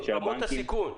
רמות הסיכון.